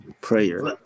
prayer